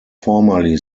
formerly